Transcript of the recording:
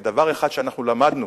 ודבר אחד שאנחנו למדנו,